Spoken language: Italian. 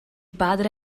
padre